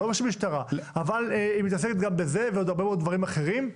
אבל היא מתעסקת בזה וגם בעוד הרבה מאוד דברים אחרים.